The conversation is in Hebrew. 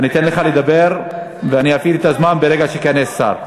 לא עוצר את הדיון.